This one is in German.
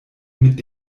mit